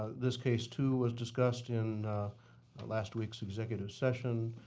this case too was discussed in last weeks executive session.